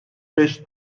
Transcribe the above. beş